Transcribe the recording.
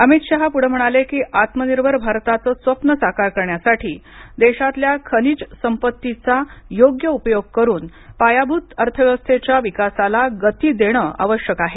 अमित शहा पुढे म्हणाले की आत्मनिर्भर भारताचे स्वप्न साकार करण्यासाठी देशातल्या खनिज संपत्तीचा योग्य उपयोग करून पायाभूत अर्थव्यवस्थेच्या विकासाला गती देणे आवश्यक आहे